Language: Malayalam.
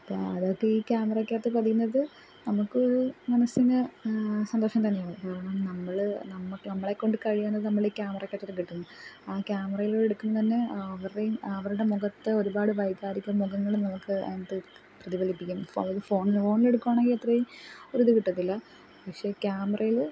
ഇപ്പം അതക്കെ ഈ ക്യാമറക്കകത്ത് പതിയുന്നത് നമുക്കൊരു മനസ്സിന് സന്തോഷം തന്നെയാണ് കാരണം നമ്മൾ നമ്മൾ നമ്മളെക്കൊണ്ട് കഴിയുന്നത് നമ്മളീ ക്യാമറയ്ക്കകത്ത് കിട്ടുന്നു ആ ക്യാമറേലൂടെടുക്കുന്നന്നെ അവരുടെ അവരുടെ മുഖത്തെ ഒരുപാട് വൈകാരിക മുഖങ്ങൾ നമുക്ക് അതിനകത്ത് പ്രതിഫലിപ്പിക്കും ഫയ്ൽ ഫോൺൽ ഫോൺലെടുക്കുവാണെങ്കിൽ അത്രേം ഒരിത് കിട്ടത്തില്ല പക്ഷേ ക്യാമറേൽ